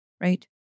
right